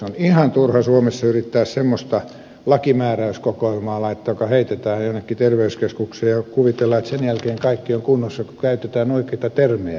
on ihan turha suomessa yrittää tehdä semmoista lakimääräyskokoelmaa joka heitetään jonnekin terveyskeskukseen ja kuvitellaan että sen jälkeen kaikki on kunnossa kun käytetään oikeita termejä